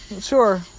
Sure